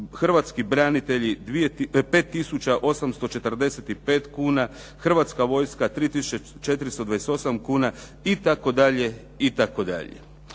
hrvatski branitelji 5845 kuna, Hrvatska vojska 3428 kuna itd., itd..